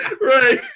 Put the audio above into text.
Right